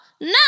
No